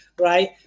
right